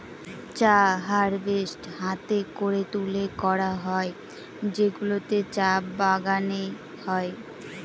চা হারভেস্ট হাতে করে তুলে করা হয় যেগুলো চা বাগানে হয়